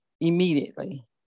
immediately